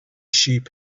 sheep